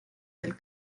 del